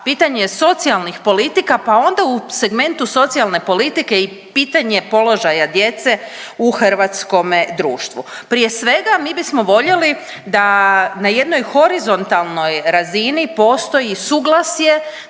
pitanje socijalnih politika, pa onda u segmentu socijalne politike i pitanje položaja djece u hrvatskome društvu. Prije svega mi bismo voljeli da na jednoj horizontalnoj razini postoji suglasje,